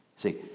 See